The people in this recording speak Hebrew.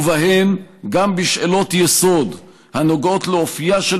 ובהם גם בשאלות יסוד הנוגעות לאופייה של